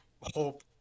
hope